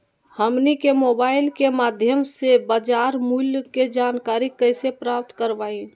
हमनी के मोबाइल के माध्यम से बाजार मूल्य के जानकारी कैसे प्राप्त करवाई?